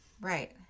Right